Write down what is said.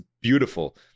beautiful